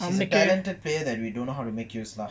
he is a talented player that we don't know how to make use lah